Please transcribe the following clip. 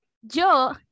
Yo